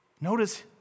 Notice